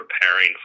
preparing